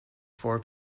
four